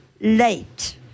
late